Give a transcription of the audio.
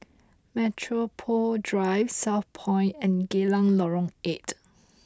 Metropole Drive Southpoint and Geylang Lorong eight